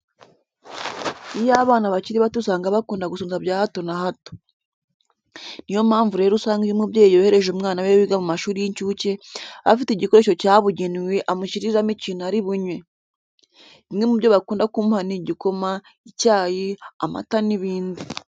Iyo abana bakiri bato, usanga bakunda gusonza bya hato na hato. Ni yo mpamvu rero usanga iyo umubyeyi yohereje umwana we wiga mu mashuri y'incuke, aba afite igikoresho cyabugenewe amushyiriramo ikintu ari bunywe. Bimwe mu byo bakunda kumuha ni igikoma, icyayi, amata n'ibindi.